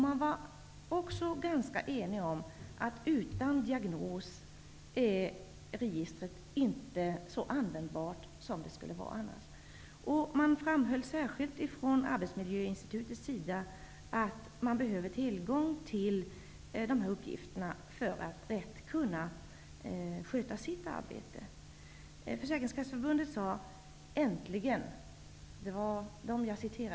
Man var också ganska eniga om att registret inte är så användbart utan uppgift om diagnos, som det skulle vara annars. Från Arbetsmiljöinstitutets sida framhölls särskilt att man behöver tillgång till dessa uppgifter för att rätt kunna sköta sitt arbete. Försäkringskasseförbundet sade: Äntligen får vi lagen.